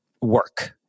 work